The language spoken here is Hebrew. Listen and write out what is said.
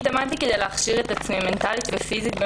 התאמנתי במשך שנים כדי להכשיר את עצמי מנטלית ופיזית.